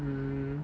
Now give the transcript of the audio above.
mm